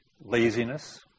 laziness